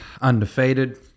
Undefeated